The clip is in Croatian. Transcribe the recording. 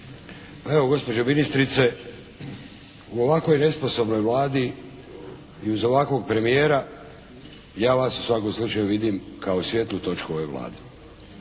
evo, gospođo ministrice u ovakvoj nesposobnoj Vladi i uz ovakvog premijera ja vas u svakom slučaju vidim kao svijetlu točku ove Vlade.